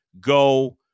go